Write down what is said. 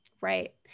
Right